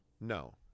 No